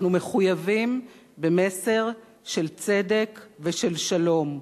אנחנו מחויבים במסר של צדק ושל שלום.